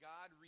God